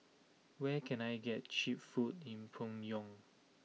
where can I get cheap food in Pyongyang